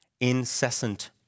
incessant